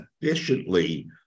efficiently